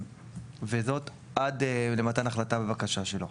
וזאת עד למתן החלטה בבקשה שלו.